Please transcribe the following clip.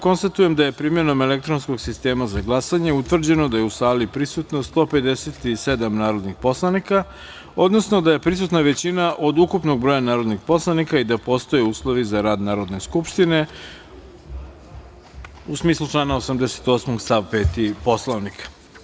Konstatujem da je primenom elektronskog sistema za glasanje utvrđeno da je u sali prisutno 157 narodnih poslanika, odnosno da je prisutna većina od ukupnog broja narodnih poslanika i da postoje uslovi za rad Narodne skupštine u smislu člana 88. stav 5. Poslovnika.